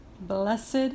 Blessed